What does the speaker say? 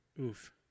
Oof